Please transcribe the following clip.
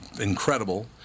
incredible